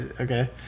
okay